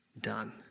Done